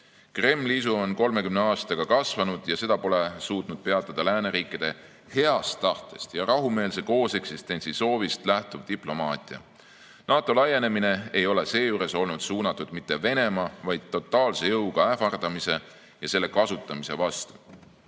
Kremli isu on 30 aastaga kasvanud ja seda pole suutnud peatada lääneriikide heast tahtest ja rahumeelse kooseksistentsi soovist lähtuv diplomaatia. NATO laienemine ei ole seejuures olnud suunatud mitte Venemaa, vaid totaalse jõuga ähvardamise ja selle kasutamise vastu.